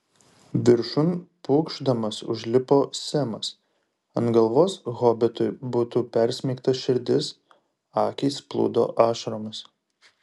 viršun pūkšdamas užlipo semas ant galvos hobitui būtų persmeigta širdis akys plūdo ašaromis